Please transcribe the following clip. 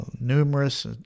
numerous